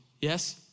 Yes